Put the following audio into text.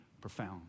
profound